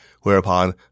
whereupon